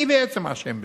מי בעצם אשם בזה?